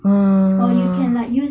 ah